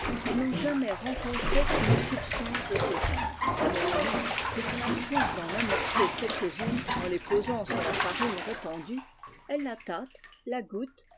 elles n'ont jamais rencontré une substance de ce genre néanmoins si l'on à soin d'en amorcer quelques-unes en les posant sur la farine répandue elles la